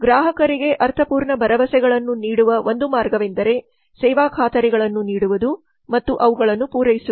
ಗ್ರಾಹಕರಿಗೆ ಅರ್ಥಪೂರ್ಣ ಭರವಸೆಗಳನ್ನು ನೀಡುವ ಒಂದು ಮಾರ್ಗವೆಂದರೆ ಸೇವಾ ಖಾತರಿಗಳನ್ನು ನೀಡುವುದು ಮತ್ತು ಅವುಗಳನ್ನು ಪೂರೈಸುವುದು